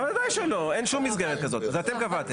אתם קבעתם.